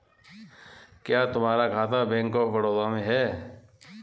क्या तुम्हारा खाता बैंक ऑफ बड़ौदा में है?